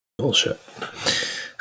Bullshit